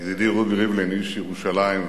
ידידי רובי ריבלין איש ירושלים,